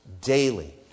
Daily